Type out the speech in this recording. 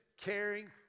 caring